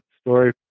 story